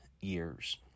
years